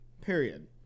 Period